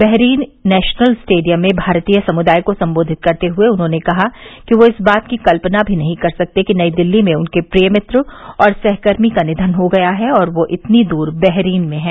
Bahrain national stadium में भारतीय समुदाय को सम्बोधित करते हुए उन्होंने कहा कि वह इस बात की कल्पना भी नही कर सकते कि नई दिल्ली में उनके प्रिय मित्र और सहकर्मी का निघन हो गया और वह इतनी दूर बहरीन में है